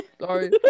Sorry